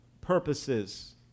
purposes